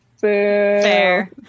fair